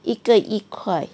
一个一块